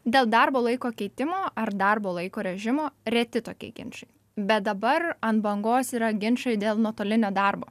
dėl darbo laiko keitimo ar darbo laiko režimo reti tokie ginčai bet dabar ant bangos yra ginčai dėl nuotolinio darbo